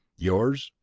yours,